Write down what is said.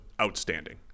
outstanding